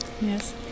Yes